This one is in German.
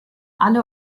alle